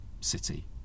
city